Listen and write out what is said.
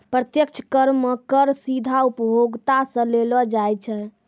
प्रत्यक्ष कर मे कर सीधा उपभोक्ता सं लेलो जाय छै